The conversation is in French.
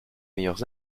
meilleurs